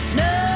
no